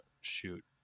shoot